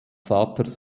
vaters